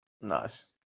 Nice